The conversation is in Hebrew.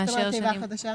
מה זאת אומרת תיבה חדשה?